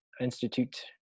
Institute